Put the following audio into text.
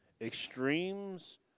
extremes